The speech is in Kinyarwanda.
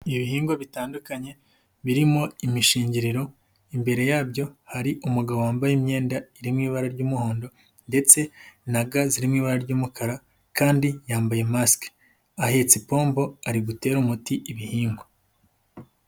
Ibihingwa bitandukanye, birimo imishigeriro, imbere yabyo hari umugabo wambaye imyenda irimo ibara ry'umuhondo ndetse na ga zirimo ibara ry'umukara kandi yambaye masike, ahetse ipombo ari guterare umuti ibihingwa.